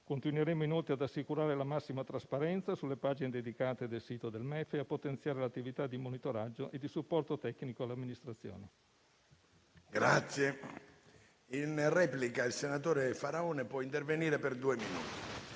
Continueremo inoltre ad assicurare la massima trasparenza sulle pagine dedicate del sito del MEF e a potenziare l'attività di monitoraggio e di supporto tecnico all'amministrazione. PRESIDENTE. Ha facoltà di intervenire in replica il